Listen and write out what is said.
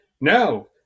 No